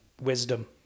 wisdom